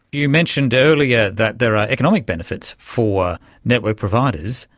you mentioned earlier that there are economic benefits for network providers.